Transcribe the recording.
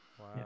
Wow